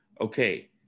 okay